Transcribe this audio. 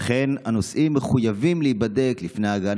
וכן הנוסעים מחויבים להיבדק לפני ההגעה